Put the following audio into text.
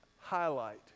highlight